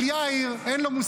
אבל יאיר, אין לו מושג.